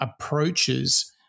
approaches